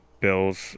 Bills